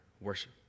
worship